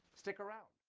stick around.